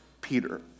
Peter